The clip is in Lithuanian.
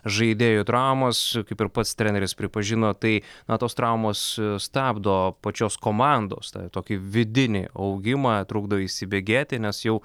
žaidėjų traumas kaip ir pats treneris pripažino tai na tos traumos stabdo pačios komandos tokį vidinį augimą trukdo įsibėgėti nes jau